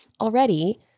Already